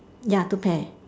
ya two pair